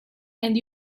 and